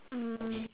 um